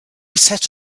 set